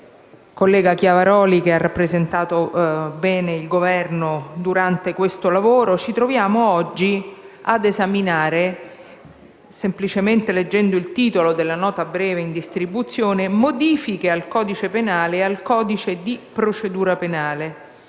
collega Chiavaroli che ha rappresentato bene il Governo durante questo lavoro, ci troviamo oggi a esaminare, semplicemente leggendo il titolo della nota breve in distribuzione, «Modifiche al codice penale e al codice di procedura penale